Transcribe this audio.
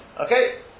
Okay